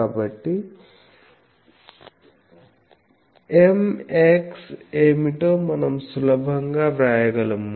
కాబట్టి Mx ఏమిటో మనం సులభంగా వ్రాయగలము